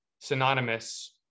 synonymous